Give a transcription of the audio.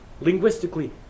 linguistically